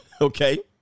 okay